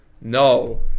No